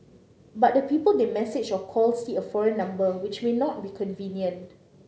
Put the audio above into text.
but the people they message or call see a foreign number which may not be convenient